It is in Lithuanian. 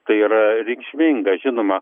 tai yra reikšminga žinoma